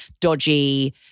dodgy